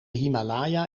himalaya